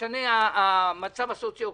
השתנה המצב הסוציו-אקונומי.